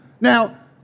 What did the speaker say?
Now